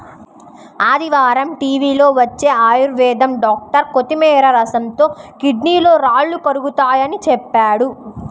ఆదివారం టీవీలో వచ్చే ఆయుర్వేదం డాక్టర్ కొత్తిమీర రసంతో కిడ్నీలో రాళ్లు కరుగతాయని చెప్పాడు